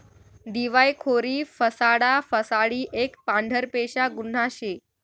दिवायखोरी फसाडा फसाडी एक पांढरपेशा गुन्हा शे